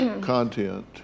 content